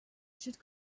should